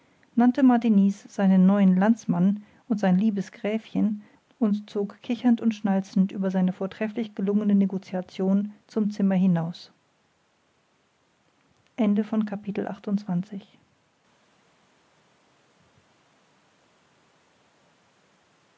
nannte martiniz seinen neuen landsmann und sein liebes gräfchen und zog kichernd und schnalzend über seine vortrefflich gelungene negoziation zum zimmer hinaus